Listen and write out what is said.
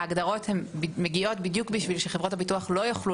ההגדרות מגיעות בדיו בשביל שחברות הביטוח לא יוכלו